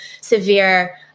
severe